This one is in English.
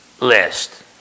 list